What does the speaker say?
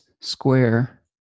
square